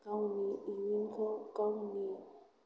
गावनि इयुनखौ गावनि